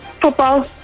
Football